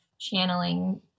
channeling